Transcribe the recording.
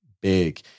big